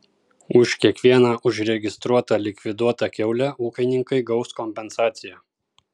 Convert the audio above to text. už kiekvieną užregistruotą likviduotą kiaulę ūkininkai gaus kompensaciją